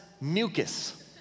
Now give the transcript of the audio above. mucus